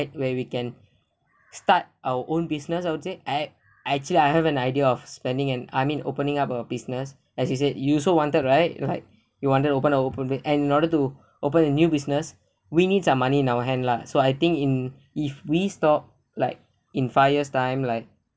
where we can start our own business IＩ would say I actually I have an idea of spending and I mean opening up a business as you said you also wanted right like you wanted open open and in order to open a new business we need some money in our hand lah so I think in if we stop like in five years time like